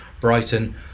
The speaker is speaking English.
Brighton